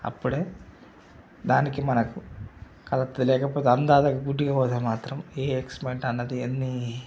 అప్పుడే దానికి మనకు ఒకవేళ తెలియకపోతే అందాజుగా గుడ్డిగా పోతే మాత్రం ఏ ఎస్టీమేట్ అన్నది అన్నీ